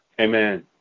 Amen